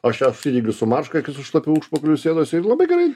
aš ją užsidengiu su marška kai su šlapiu užpakaliu sėduosi ir labai gerai